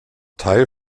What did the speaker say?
teil